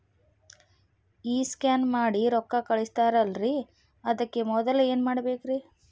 ಈ ಸ್ಕ್ಯಾನ್ ಮಾಡಿ ರೊಕ್ಕ ಕಳಸ್ತಾರಲ್ರಿ ಅದಕ್ಕೆ ಮೊದಲ ಏನ್ ಮಾಡ್ಬೇಕ್ರಿ?